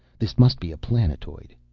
this must be a planetoid.